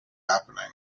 happening